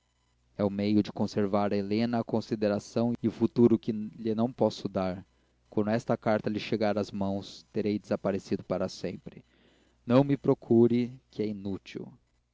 é o meio de conservar a helena a consideração e o futuro que lhe não posso dar quando esta carta lhe chegar às mãos terei desaparecido para sempre não me procure que é inútil